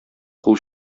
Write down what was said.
кул